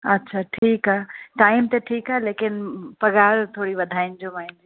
अच्छा ठीकु आहे टाइम त ठीकु आहे लेकिन पगार थोड़ी वधाईजो मुंहिंजी